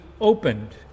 opened